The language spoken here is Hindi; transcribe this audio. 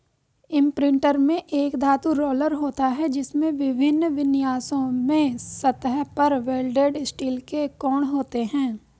इम्प्रिंटर में एक धातु रोलर होता है, जिसमें विभिन्न विन्यासों में सतह पर वेल्डेड स्टील के कोण होते हैं